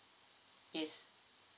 yes